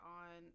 on